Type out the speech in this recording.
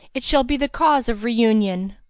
it shall be the cause of reunion.